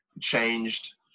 changed